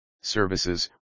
services